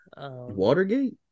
Watergate